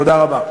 תודה רבה.